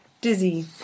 Dizzy